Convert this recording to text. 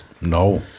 No